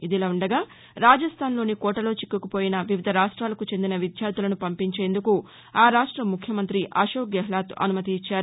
ఇదిలా ఉండగారాజస్థాన్లోని కోటలో చిక్కుకుపోయిన వివిధ రాష్ట్రాలకు చెందిన విద్యార్థులను పంపించేందుకు ఆ రాష్ట ముఖ్యమంతి అశోక్ గహ్లాత్ అనుమతి ఇచ్చారు